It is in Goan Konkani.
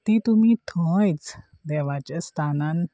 ती तुमी थंयच देवाच्या स्थानान